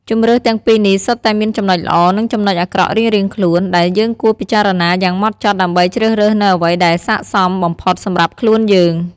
ជម្រើសទាំងពីរនេះសុទ្ធតែមានចំណុចល្អ និងចំណុចអាក្រក់រៀងៗខ្លួន ដែលយើងគួរពិចារណាយ៉ាងហ្មត់ចត់ដើម្បីជ្រើសរើសនូវអ្វីដែលស័ក្តិសមបំផុតសម្រាប់ខ្លួនយើង។